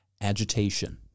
agitation